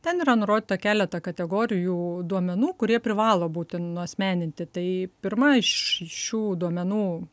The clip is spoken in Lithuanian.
ten yra nurodyta keleta kategorijų duomenų kurie privalo būti nuasmeninti tai pirma iš šių duomenų